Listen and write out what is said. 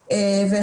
בו.